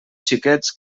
xiquets